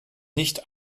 nicht